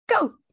Go